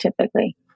typically